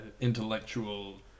intellectual